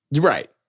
Right